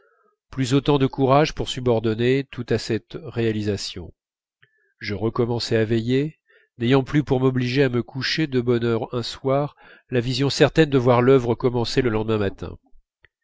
plus autant de courage pour subordonner tout à cette réalisation je recommençais à veiller n'ayant plus pour m'obliger à me coucher de bonne heure un soir la vision certaine de voir l'œuvre commencée le lendemain matin